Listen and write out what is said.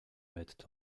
mettent